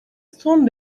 son